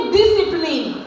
discipline